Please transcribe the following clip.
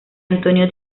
antonio